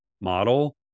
model